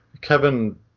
Kevin